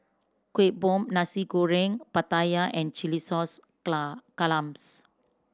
Kueh Bom Nasi Goreng Pattaya and chilli sauce clams